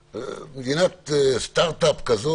2020. התקנות האלו אושרו על ידי משרד המשפטים,